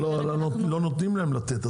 אבל לא נותנים להם לתת,